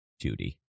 Judy